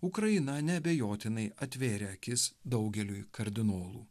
ukraina neabejotinai atvėrė akis daugeliui kardinolų